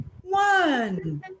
one